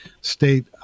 state